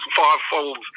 fivefold